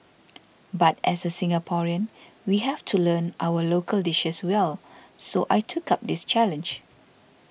but as a Singaporean we have to learn our local dishes well so I took up this challenge